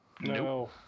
no